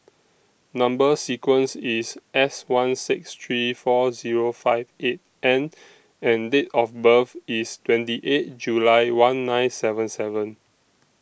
Number sequence IS S one six three four Zero five eight N and Date of birth IS twenty eight July one nine seven seven